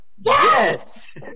Yes